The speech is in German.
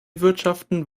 wirtschaften